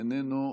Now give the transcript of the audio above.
איננו,